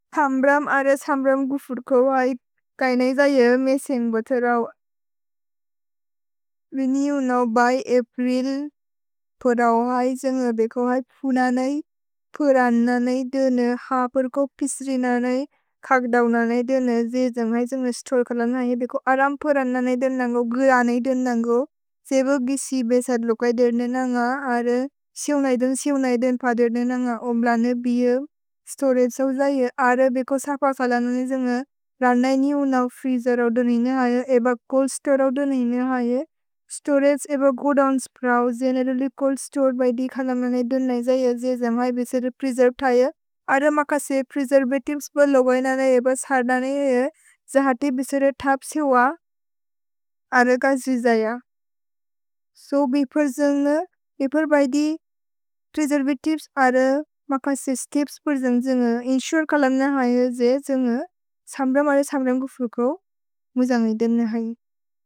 अम्ब्रम् अर अम्ब्रम् गुफुर्को है कैनै जये मेसेन्ग् बोते रौ। विनि युनौ बै एप्रिल् प रौ है। एन्ग बेको है पुन नै, पुरन नै देन, हपर् को पिस्रिन नै, कक्दौन नै देन, जे जेन्ग है जेन्ग स्तोल् कलन है। भेको अरम् पुरन नै देन नगो, गुर नै देन नगो, जेव गिसि बेसद् लोकै देन नग, अर सिओनै देन्, सिओनै देन् प देन नग। ओब्लने बिए, स्तोरज् सौ जये। अर बेको सफ सलन नै जेन्ग, रन नै निउनौ, फ्रीजेर् औ देन है, एब चोल्द् स्तोरे औ देन है। स्तोरज् एब गुदोन् स्प्रओ, जेनेरेलि चोल्द् स्तोरे बै दि, खल मेने देन नै जये, जे जेम्है बेसदे प्रेसेर्वे थये। अर मकसे प्रेसेर्वे तिप्स् प लोकै नल, एब सर्दने है, जे हति बेसदे थप्सिव, अर गजि जय। सो, बिफुर् जेने, बिफुर् बै दि, प्रेसेर्वे तिप्स् अर मकसे तिप्स् पुर् जेने, जेन्गे, इन्सुरे कलन है, जे जेन्गे, सम्ब्रम् अले सम्ब्रम् को फुको, मुजन्गै देन है।